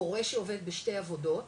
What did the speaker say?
הורה שעובד בשתי עבודות,